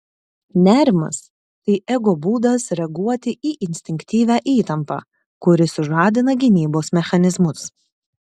nerimas tai ego būdas reaguoti į instinktyvią įtampą kuri sužadina gynybos mechanizmus